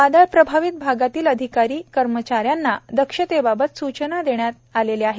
वादळ प्रभावित भागातील अधिकारी कर्मचाऱ्यांना दक्षतेबाबत सूचना देण्यात आलेल्या आहेत